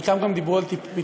חלקם גם דיברו על פתרונות,